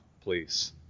please